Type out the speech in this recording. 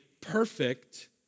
perfect